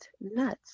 nuts